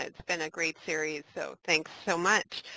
it's been a great series, so thanks so much.